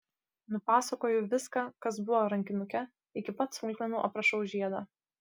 nupasakoju viską kas buvo rankinuke iki pat smulkmenų aprašau žiedą